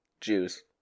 Jews